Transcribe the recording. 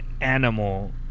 animal